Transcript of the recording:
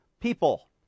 people